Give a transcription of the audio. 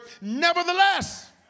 Nevertheless